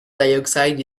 dioxide